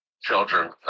children